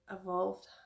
evolved